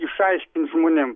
išaiškint žmonėm